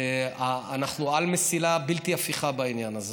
אנחנו על מסילה בלתי הפיכה בעניין הזה,